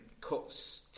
cuts